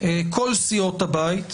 כל סיעות הבית,